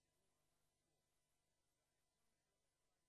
של הקואליציה: כאשר גם ידידה הגדול ביותר של ישראל,